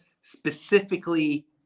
specifically